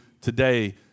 today